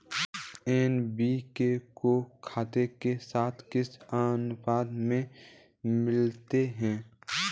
NPK को खाद के साथ किस अनुपात में मिलाते हैं?